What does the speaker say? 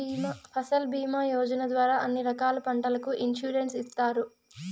ఫసల్ భీమా యోజన ద్వారా అన్ని రకాల పంటలకు ఇన్సురెన్సు ఇత్తారు